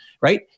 right